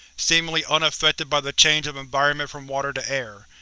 seemingly unaffected by the change of environment from water to air.